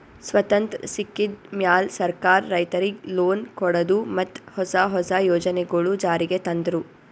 ಸ್ವತಂತ್ರ್ ಸಿಕ್ಕಿದ್ ಮ್ಯಾಲ್ ಸರ್ಕಾರ್ ರೈತರಿಗ್ ಲೋನ್ ಕೊಡದು ಮತ್ತ್ ಹೊಸ ಹೊಸ ಯೋಜನೆಗೊಳು ಜಾರಿಗ್ ತಂದ್ರು